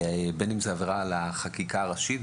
בין אם זו עבירה על החקיקה הראשית,